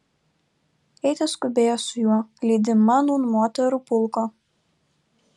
eiti skubėjo su juo lydima nūn moterų pulko